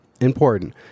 Important